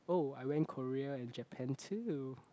oh I went Korea and Japan too